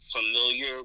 familiar